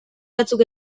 batzuk